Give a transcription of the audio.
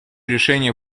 решения